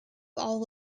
all